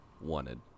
wanted